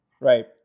Right